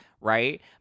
right